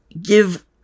give